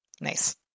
Nice